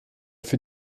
fait